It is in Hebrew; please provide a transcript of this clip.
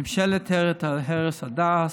ממשלת הרס הדת,